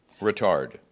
Retard